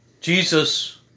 Jesus